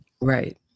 Right